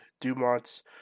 Dumont's